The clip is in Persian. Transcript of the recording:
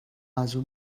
ازاون